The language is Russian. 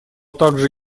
также